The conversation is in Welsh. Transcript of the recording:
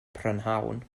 prynhawn